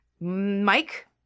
Mike